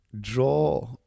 draw